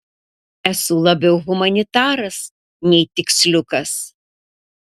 esu labiau humanitaras nei tiksliukas